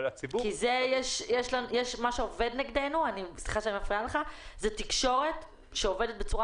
מה שעובד נגדנו זאת תקשורת שעובדת בצורה